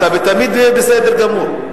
אתה תמיד בסדר גמור.